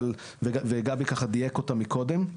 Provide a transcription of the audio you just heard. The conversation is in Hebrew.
וגבי דייק אותם קודם.